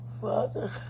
Father